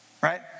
Right